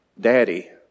Daddy